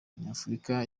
nyafurika